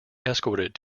escorted